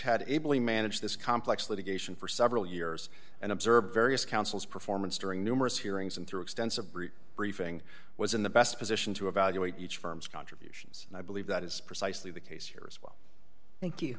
had ably managed this complex litigation for several years and observed various counsels performance during numerous hearings and through extensive brief briefing was in the best position to evaluate each firm's contributions and i believe that is precisely the case here as well thank you